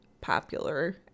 popular